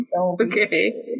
Okay